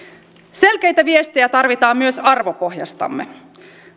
selkeitä viestejä tarvitaan myös arvopohjastamme